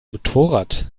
motorrad